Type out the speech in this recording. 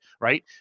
right